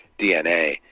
DNA